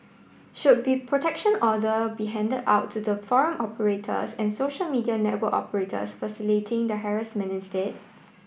should be protection order be handed out to the forum operators and social media network operators facilitating the harassment instead